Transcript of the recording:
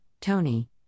Tony